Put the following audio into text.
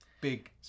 big